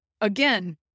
again